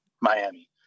Miami